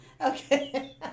Okay